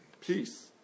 peace